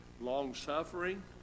long-suffering